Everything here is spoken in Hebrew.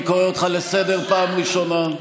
אני קורא אותך לסדר פעם ראשונה.